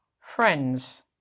friends